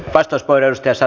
arvoisa puhemies